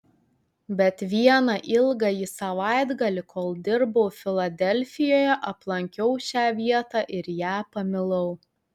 bet vieną ilgąjį savaitgalį kol dirbau filadelfijoje aplankiau šią vietą ir ją pamilau